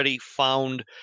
found